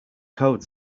code